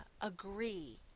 agree